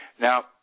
Now